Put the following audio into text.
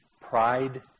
pride